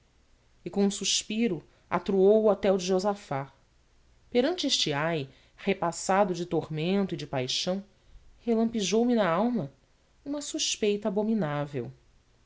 e com um suspiro atroou o hotel de josafate perante este ai repassado de tormento e de paixão relampejou me na alma uma suspeita abominável